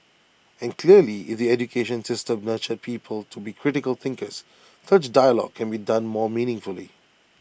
and clearly if the education system nurtured people to be critical thinkers such dialogue can be done more meaningfully